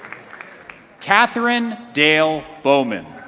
katharine dale bohlmann.